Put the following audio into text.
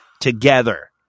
together